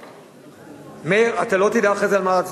מאחר מאיר, אתה לא תדע אחרי זה על מה להצביע.